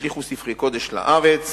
השליכו ספרי קודש לארץ